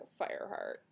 Fireheart